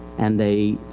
and they,